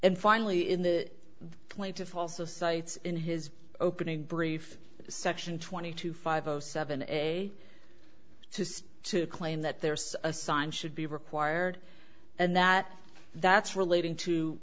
and finally in the plaintiff also cites in his opening brief section twenty two five zero seven a says to claim that there's a sign should be required and that that's relating to